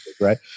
right